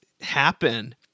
happen